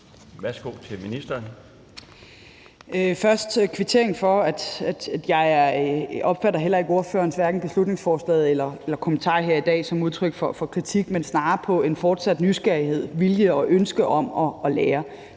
Først vil jeg gerne kvittere for det. Jeg opfatter heller ikke ordførerens beslutningsforslag eller kommentar her i dag som udtryk for kritik, men snarere som en fortsat nysgerrighed efter, vilje til og ønske om at lære.